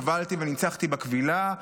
קבלתי וניצחתי בקבילה,